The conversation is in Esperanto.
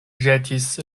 ĵetis